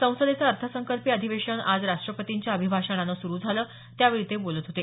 संसदेचं अर्थसंकल्पीय अधिवेशन आज राष्ट्रपतींच्या अभिभाषणानं सुरु झालं त्यावेळी ते बोलत होते